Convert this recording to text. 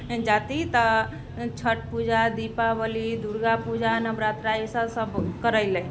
जाति तऽ छठ पूजा दीपावली दुर्गापूजा नवरात्रा ई सब सब करै